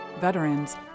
veterans